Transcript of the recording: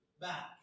back